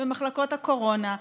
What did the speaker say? במחלקות הקורונה,